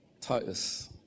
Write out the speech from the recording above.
Titus